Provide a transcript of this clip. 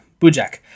Bujak